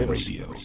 Radio